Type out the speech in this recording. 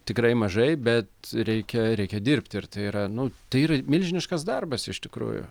tikrai mažai bet reikia reikia dirbti ir yra nu tai yra milžiniškas darbas iš tikrųjų